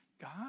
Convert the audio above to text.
God